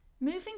Moving